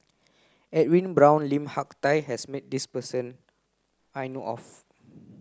Edwin Brown Lim Hak Tai has met this person I know of